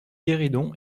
guéridon